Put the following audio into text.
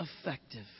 effective